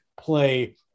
play